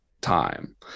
time